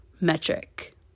metric